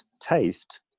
taste